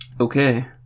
Okay